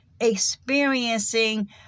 Experiencing